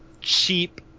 cheap